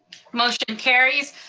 motion and carries.